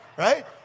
Right